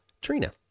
Trina